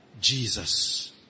Jesus